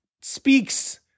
speaks